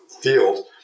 field